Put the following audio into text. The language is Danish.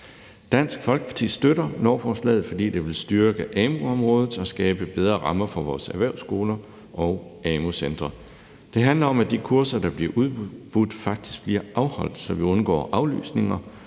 Dansk Folkeparti støtter lovforslaget, fordi det vil styrke amu-området og skabe bedre rammer for vores erhvervsskoler og amu-centre. Det handler om, at de kurser, der bliver udbudt, faktisk bliver afholdt, så vi undgår aflysninger